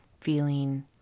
feeling